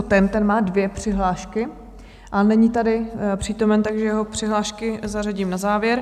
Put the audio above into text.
Ten má dvě přihlášky, ale není tady přítomen, takže jeho přihlášky zařadím na závěr.